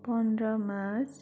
पन्ध्र मार्च